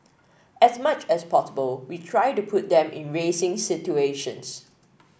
as much as possible we try to put them in racing situations